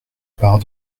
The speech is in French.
part